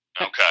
Okay